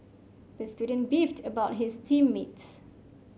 the student beefed about his team mates